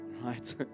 right